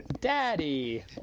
daddy